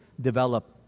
develop